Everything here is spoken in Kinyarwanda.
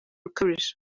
ukabije